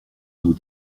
nos